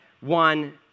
one